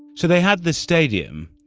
so they had this stadium,